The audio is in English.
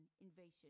invasion